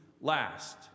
last